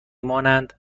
مانند